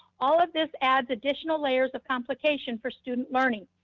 all of this adds additional layers of complication for student learning.